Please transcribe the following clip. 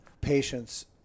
patients